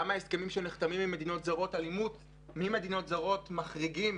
גם ההסכמים שנחתמים עם מדינות זרות על אימוץ ממדינות זרות מחריגים